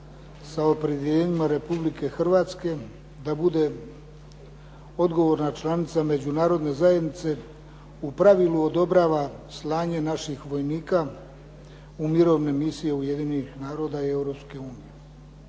sa opredjeljenjima Republike Hrvatske da bude odgovorna članica Međunarodne zajednice, u pravilu odobrava slanje naših vojnika u mirovne misije Ujedinjenih naroda i